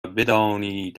بدانید